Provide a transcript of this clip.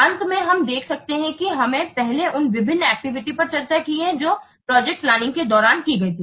अंत में हम देख सकते हैं कि हमने पहले उन विभिन्न एक्टिविटी पर चर्चा की है जो प्रोजेक्ट प्लानिंग के दौरान की गई हैं